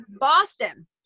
boston